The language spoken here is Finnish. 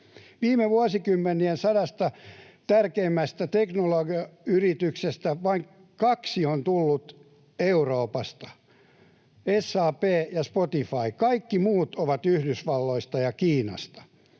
Viime vuosikymmenien sadasta tärkeimmästä teknologiayrityksestä vain kaksi on tullut Euroopasta: SAP ja Spotify. Kaikki muut ovat Yhdysvalloista ja Kiinasta.